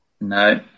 No